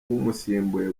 umusimbuye